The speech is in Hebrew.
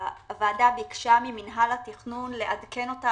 הוועדה ביקשה ממינהל התכנון לעדכן אותה